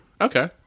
Okay